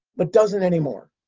but doesn't anymore.